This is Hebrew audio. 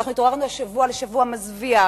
אנחנו התעוררנו השבוע לשבוע מזוויע.